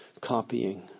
copying